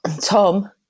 Tom